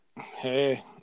Hey